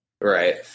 Right